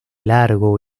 largo